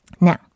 Now